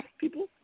people